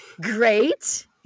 great